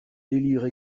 délivre